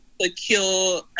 secure